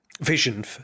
vision